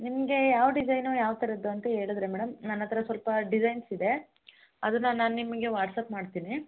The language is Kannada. ನಿಮಗೆ ಯಾವ ಡಿಸೈನು ಯಾವ ಥರದ್ದು ಅಂತ ಹೇಳಿದ್ರೆ ಮೇಡಮ್ ನನ್ನ ಹತ್ರ ಸ್ವಲ್ಪ ಡಿಸೈನ್ಸ್ ಇದೆ ಅದನ್ನು ನಾನು ನಿಮಗೆ ವಾಟ್ಸಪ್ ಮಾಡ್ತೀನಿ